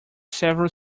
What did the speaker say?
several